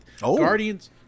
Guardians